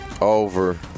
Over